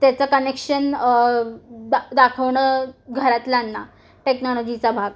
त्याचं कनेक्शन दा दाखवणं घरातल्यांना टेक्नॉलॉजीचा भाग